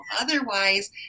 Otherwise